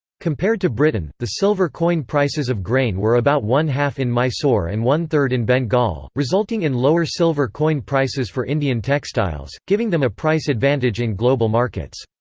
compared to britain, the silver coin prices of grain were about one-half in mysore and one-third in bengal, resulting in lower silver coin prices for indian textiles, giving them a price advantage in global markets.